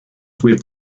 with